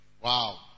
Wow